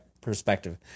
perspective